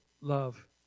love